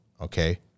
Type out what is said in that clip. Okay